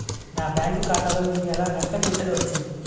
నా బ్యాంక్ ఖాతా లో ఈ నెల ఎంత ఫించను వచ్చింది?